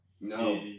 No